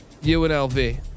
UNLV